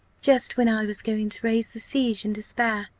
just when i was going to raise the siege in despair,